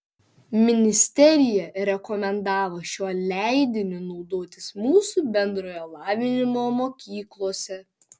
ministerija rekomendavo šiuo leidiniu naudotis mūsų bendrojo lavinimo mokyklose